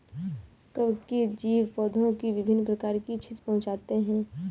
कवकीय जीव पौधों को विभिन्न प्रकार की क्षति पहुँचाते हैं